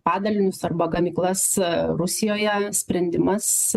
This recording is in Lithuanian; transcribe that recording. padalinius arba gamyklas rusijoje sprendimas